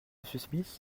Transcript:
smith